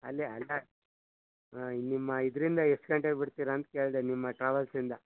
ಅಲ್ಲಿ ಅಲ್ಲ ಹಾಂ ನಿಮ್ಮ ಇದರಿಂದ ಎಷ್ಟು ಗಂಟೆಗೆ ಬಿಡ್ತೀರ ಅಂತ ಕೇಳಿದೆ ನಿಮ್ಮ ಟ್ರಾವಲ್ಸಿಂದ